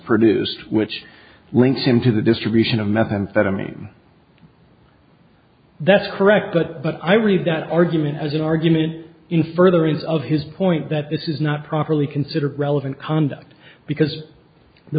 produced which links him to the distribution of methamphetamine that's correct but but i read that argument as an argument in furtherance of his point that this is not properly considered relevant conduct because the